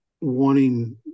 wanting